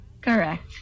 Correct